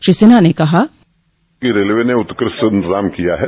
श्री सिन्हा ने कहा रेलवे ने उत्कृष्ट इंतजाम किया है